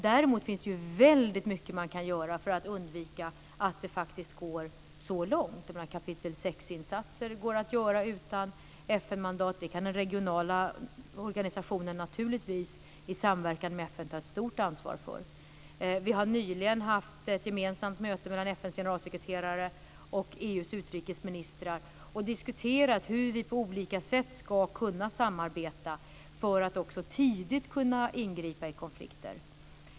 Däremot finns det väldigt mycket som kan göras för att undvika att det går så långt. Det går att göra kapitel 6-insatser utan FN-mandat. Det kan regionala organisationer, tillsammans med FN, ta ett stort ansvar för. Vi har nyligen haft ett gemensamt möte mellan FN:s generalsekreterare och EU:s utrikesministrar och diskuterat hur vi på olika sätt ska kunna samarbeta för att tidigt ingripa i konflikter.